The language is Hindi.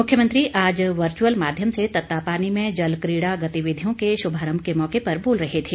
मुख्यमंत्री आज वर्चुअल माध्यम से तत्तापानी में जलकीड़ा गतिविधियों के शुभारम्म के मौके पर बोल रहे थें